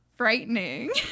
Frightening